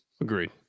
Agreed